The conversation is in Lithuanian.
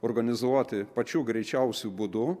organizuoti pačiu greičiausiu būdu